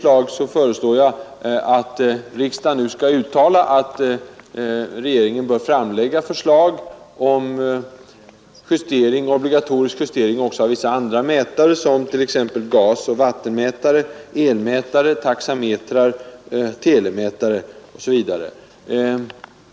I motionen föreslår jag vidare att riksdagen nu skall uttala, att regeringen bör framlägga förslag om obligatorisk justering även av vissa andra mätare, t.ex. gasoch vattenmätare, elmätare, taxametrar, telemätare osv.